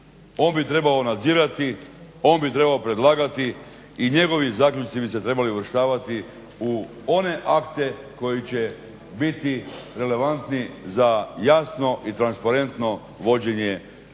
on bi trebao nadzirati, on bi trebao predlagati i njegovi zaključci bi se trebali uvrštavati u one akte koji će biti relevantni za jasno i transparentno vođenje Hrvatske